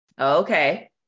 Okay